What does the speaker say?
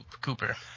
Cooper